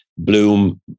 Bloom